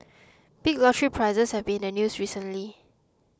big lottery prizes have been in the news recently